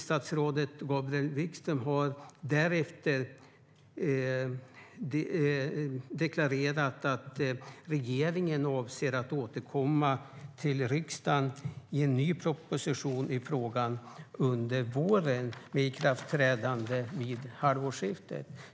Statsrådet Gabriel Wikström har därefter deklarerat att regeringen avser att återkomma till riksdagen med en ny proposition i frågan under våren, med ikraftträdande vid halvårsskiftet.